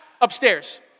upstairs